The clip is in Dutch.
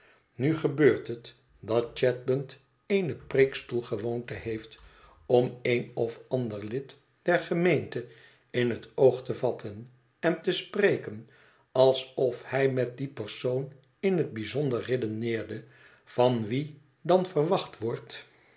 nu gebeurt het dat chadband eene preekstoel gewoonte heeft om een of ander lid der gemeente in het oog te vatten e'n te spreken alsof hij met dien persoon in het bijzonder redeneerde van wien dan verwacht wordt